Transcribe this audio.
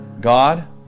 God